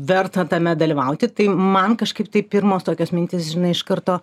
verta tame dalyvauti tai man kažkaip tai pirmos tokios mintys žinai iš karto